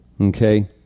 okay